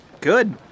Good